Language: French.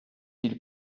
ils